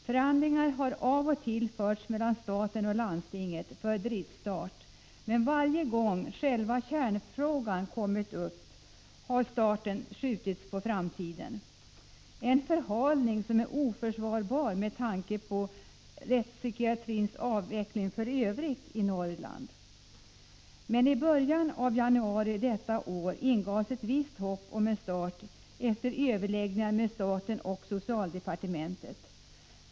Förhandlingar beträffande driftsstart har av och till förts mellan staten och landstinget, men varje gång själva kärnfrågan kommit upp, har starten skjutits på framtiden — en förhalning som är oförsvarbar med tanke på rättspsykiatrins avveckling för övrigt i Norrland. Men i början av januari detta år gavs ett visst hopp om en start, efter överläggningar med staten och socialdepartementet.